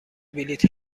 بلیط